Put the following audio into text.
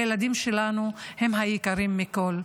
הילדים שלנו הם היקרים מכול.